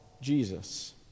Jesus